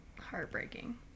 heartbreaking